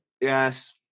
Yes